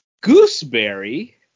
gooseberry